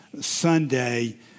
Sunday